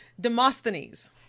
Demosthenes